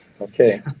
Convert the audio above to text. Okay